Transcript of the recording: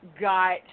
got